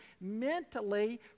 mentally